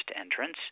entrance